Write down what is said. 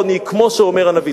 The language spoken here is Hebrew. כדי למגר את העוני כמו שאומר הנביא.